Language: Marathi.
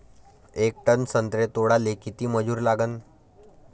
येक टन संत्रे तोडाले किती मजूर लागन?